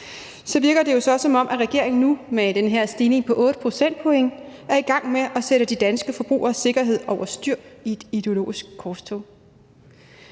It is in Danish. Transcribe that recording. virker det jo så også, som om regeringen nu med den her stigning på 8 procentpoint er i gang med at sætte de danske forbrugeres sikkerhed over styr i et ideologisk korstog.